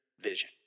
vision